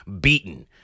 beaten